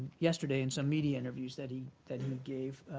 yesterday in some media interviews that he that he gave.